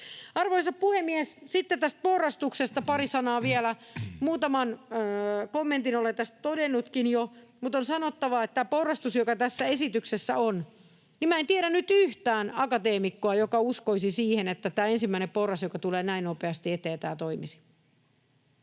Arvoisa puhemies! Sitten tästä porrastuksesta pari sanaa vielä. Muutaman kommentin olen tästä todennutkin jo, mutta on sanottava tästä porrastuksesta, joka tässä esityksessä on, että minä en tiedä nyt yhtään akateemikkoa, joka uskoisi siihen, että tämä ensimmäinen porras, joka tulee näin nopeasti eteen, toimisi.